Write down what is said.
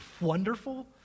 wonderful